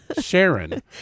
Sharon